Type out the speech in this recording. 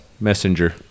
messenger